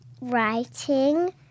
writing